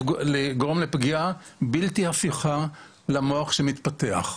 פגיעה בלתי הפיכה למוח של העובר המתפתח.